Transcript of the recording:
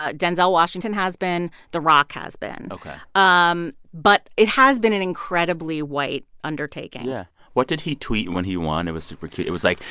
ah denzel washington has been. the rock has been ok um but it has been an incredibly white undertaking yeah what did he tweet when he won? it was super cute. it was like,